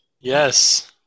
Yes